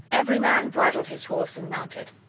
every man bridled his horse and mounted,